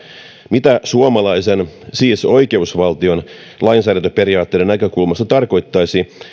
mitä suomalaisten siis oikeusvaltion lainsäädäntöperiaatteiden näkökulmasta tarkoittaisi